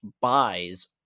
buys